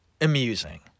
amusing